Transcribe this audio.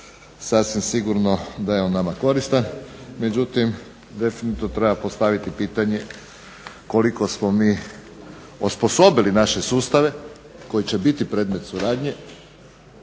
Sasvim sigurno da je on nama koristan, međutim definitivno treba postaviti pitanje koliko smo mi osposobili naše sustave koji će biti predmet suradnje,